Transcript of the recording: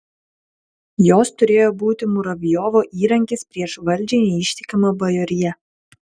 jos turėjo būti muravjovo įrankis prieš valdžiai neištikimą bajoriją